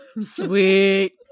sweet